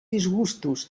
disgustos